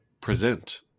present